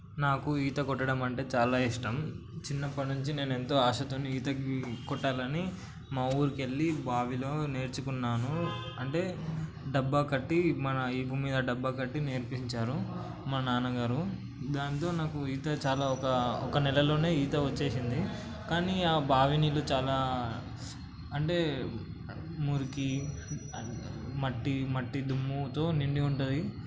నాకు ఈత కొట్టడం అంటే చాలా ఇష్టం చిన్నప్పటి నుంచి నేను ఎంతో ఆశతోని ఈతకి కొట్టాలని మా ఊరికి వెళ్ళి బావిలో నేర్చుకున్నాను అంటే డబ్బా కట్టి మన వీపు మీద డబ్బా కట్టి నేర్పించారు మా నాన్నగారు దాంతో నాకు ఈత చాలా ఒక ఒక నెలలోనే ఈత వచ్చేసింది కానీ ఆ బావి నీళ్ళు చాలా అంటే మురికి మట్టి మట్టి దుమ్ముతో నిండి ఉంటుంది